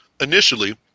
initially